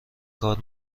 کار